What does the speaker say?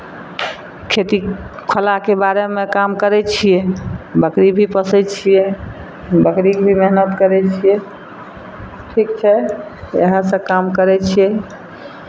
खेती खोलाके बारेमे काम करै छियै बकरी भी पोसै छियै बकरीके भी मेहनत करै छियै ठीक छै तऽ इएहसभ काम करै छियै